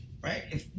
Right